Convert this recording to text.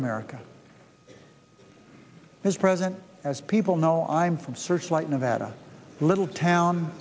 america is present as people know i'm from searchlight nevada little town